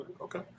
okay